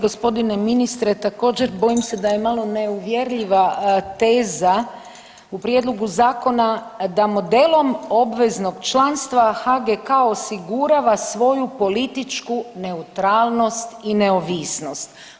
Poštovani g. ministre također bojim se da je malo neuvjerljiva teza u prijedlogu zakona da modelom obveznog članstva HGK osigurava svoju političku neutralnost i neovisnost.